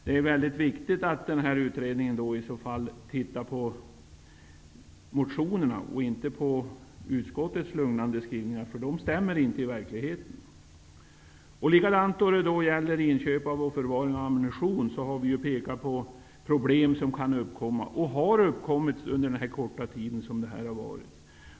Det är mycket viktigt att utredningen ser till motionerna och inte till utskottets lugnande skrivningar, eftersom de inte stämmer med verkligheten. När det gäller inköp och förvaring av ammunition har vi pekat på problem som har uppkommit under den korta tid som lagen har gällt.